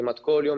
כמעט כל יום,